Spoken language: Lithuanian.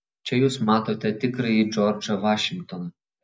čia jūs matote tikrąjį džordžą vašingtoną